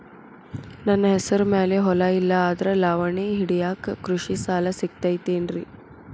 ನನ್ನ ಹೆಸರು ಮ್ಯಾಲೆ ಹೊಲಾ ಇಲ್ಲ ಆದ್ರ ಲಾವಣಿ ಹಿಡಿಯಾಕ್ ಕೃಷಿ ಸಾಲಾ ಸಿಗತೈತಿ ಏನ್ರಿ?